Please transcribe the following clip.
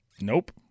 Nope